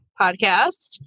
podcast